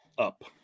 up